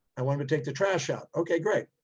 i want him to take the trash out okay, great.